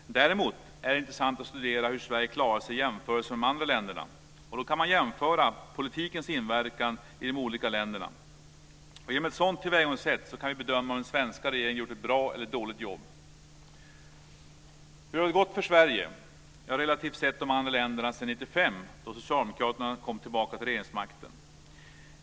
Däremot är det intressant att studera hur Sverige klarar sig i jämförelse med andra länder. Då kan man jämföra politikens inverkan i de olika länderna. Genom ett sådant tillvägagångssätt kan vi bedöma om den svenska regeringen gjort ett bra eller ett dåligt jobb. Hur har det då gått för Sverige relativt sett, om man jämför med andra länder, sedan 1995 då Socialdemokraterna kom tillbaka till regeringsmakten?